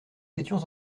étions